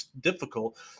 difficult